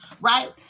right